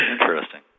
Interesting